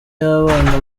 y’abana